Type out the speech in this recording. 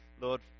Lord